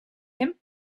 him